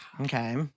Okay